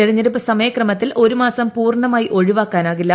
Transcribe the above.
തെരഞ്ഞെടുപ്പ് സമയ ക്രമത്തിൽ ഒരു മാസം പുർണ്ണമായി ഒഴിവാക്കാനാവില്ല